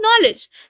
knowledge